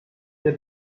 der